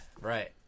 right